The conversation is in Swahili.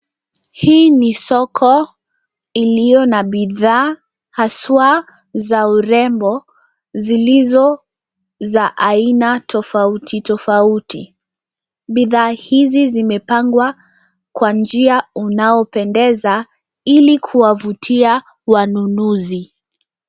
Hii ni soko iliyo na bidhaa hasa za urembo zilizo za aina tofauti tofauti. Bidhaa hizi zimepangwa kwa njia unao pendeza ili kuwavutia wanunuzi.